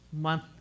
month